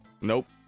Nope